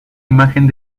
imagen